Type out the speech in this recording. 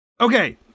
Okay